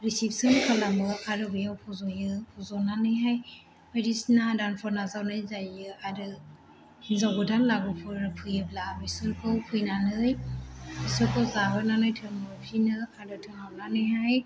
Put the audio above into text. reception खालामो आरो बेव फज'यो फज'नानैहाय बायदिसिना आदारफोर नाजावनाय जायो आरो हिन्जाव गोदान लागोफोर फैयोब्ला बिसोरखौ फैनानै बिसोरखौ जाहोनानै थोनहर फिनो आरो थिनहरनानैहाय